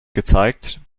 gezeigt